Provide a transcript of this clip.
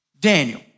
Daniel